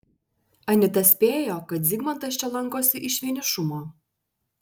anita spėjo kad zygmantas čia lankosi iš vienišumo